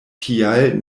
tial